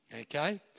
Okay